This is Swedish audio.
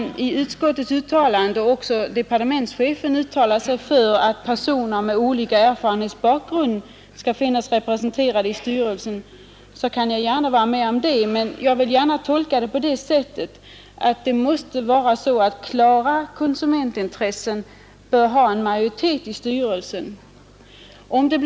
När utskottet och departementschefen uttalar sig för att personer med olika erfarenhetsbakgrund skall finnas representerade i styrelsen, kan jag hålla med om det, men jag vill gärna tolka uttalandet på det sättet att klara konsumentintressen bör ha en majoritet i styrelsen.